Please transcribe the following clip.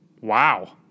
Wow